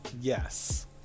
Yes